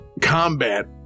combat